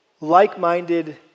like-minded